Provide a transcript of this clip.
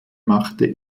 machte